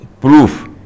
proof